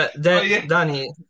Danny